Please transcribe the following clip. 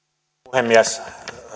puhemies